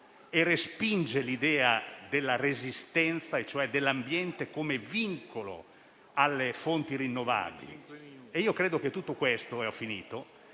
e respinge l'idea della resistenza e cioè dell'ambiente come vincolo alle fonti rinnovabili. Credo che tutto questo rappresenti